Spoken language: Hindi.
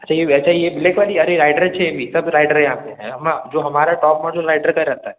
अच्छा ये वैसा ही है ब्लैक वाली अरे राइडर अच्छी है अभी सब राइडर है यहाँ पे जो हमारा टॉप मॉडल राइडर का रहता है